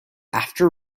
after